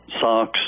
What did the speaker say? socks